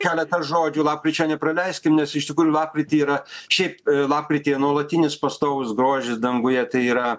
keletą žodžių lapkričio nepraleiskim nes iš tikrųjų lapkritį yra šiaip lapkrityje nuolatinis pastovus grožis danguje tai yra